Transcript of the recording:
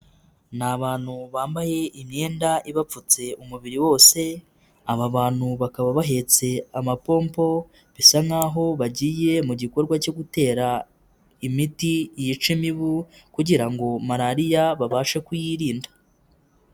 Ni abantu bambaye imyenda ibapfutse umubiri wose, aba bantu bakaba bahetse amapompo, bisa nkaho aho bagiye mu gikorwa cyo gutera imiti yica imibu kugira ngo Malariya babashe kuyirinda.